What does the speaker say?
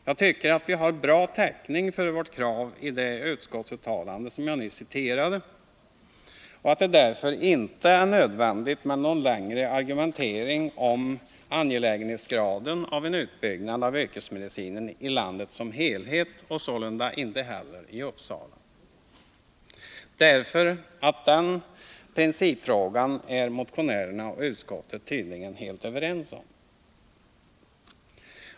Jag tycker att vi har bra täckning för vårt krav i det utskottsuttalande som jag nyss citerade och att det därför inte är nödvändigt med någon längre argumentation om angelägenhetsgraden när det gäller en utbyggd yrkesmedicin i landet som helhet och sålunda inte heller i Uppsala, därför att i den principfrågan är motionärerna och utskottet tydligen helt överens.